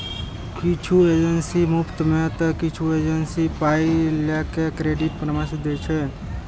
किछु एजेंसी मुफ्त मे तं किछु एजेंसी पाइ लए के क्रेडिट परामर्श दै छै